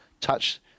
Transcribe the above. touch